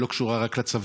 היא לא קשורה רק לצבא,